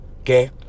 okay